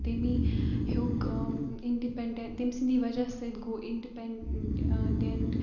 تمی ہیوٚک اِنڈِپیٚنڈٹ تٔمۍ سٕنٛدی وجہ سۭتۍ گوٚو اِنڈِپٮٚنڈینٹ